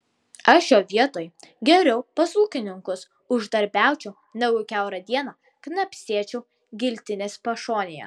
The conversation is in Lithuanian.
aš jo vietoj geriau pas ūkininkus uždarbiaučiau negu kiaurą dieną knapsėčiau giltinės pašonėje